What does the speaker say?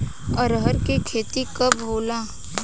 अरहर के खेती कब होला?